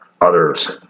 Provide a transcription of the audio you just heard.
others